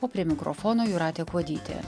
o prie mikrofono jūratė kuodytė